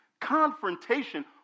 confrontation